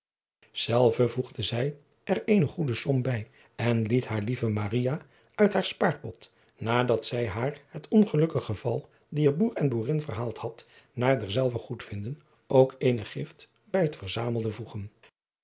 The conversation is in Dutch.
hillegonda buisman eene goede som bij en liet haar lieve maria uit haar spaarpot nadat zij haar het ongelukkig geval dier boer en boerin verhaald had naar derzelver goedvinden ook eene gift bij het verzamelde voegen